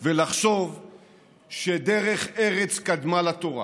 ולחשוב שדרך ארץ קדמה לתורה,